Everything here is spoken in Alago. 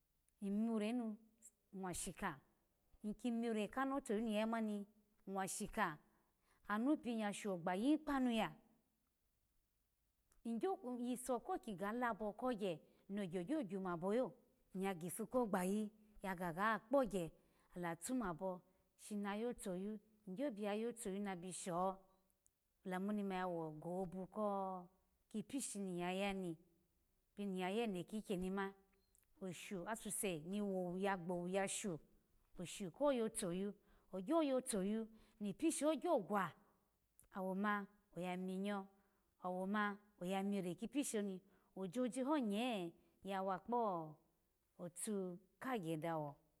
Imure nu mwashika iki mire kano toyu ni ya yamani mwashika anu piya shogbayihi kpanaya igyo kiso ko ki ga labo kogye nogye gyo gyumaboyo iya gipu ko kpayi ya ga gakpogye yo iya gipu ko kpayi ya ga gakpogye ala tumabo shi ma yo toyu igyo biyu yotoyu shi na sho ola mu oni ma yawo gohobe ko kipishini ya yani biya eno kikyeni ma oshu asuseni ya wo gbowo yashu oshu ko yo toyu ogyo yotoyu nipishi ho gyogwa awama oya minyo awoma oya miire kipishi ni ojoji honye ya wa kpotu ya kagye ya dawo